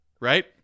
right